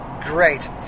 Great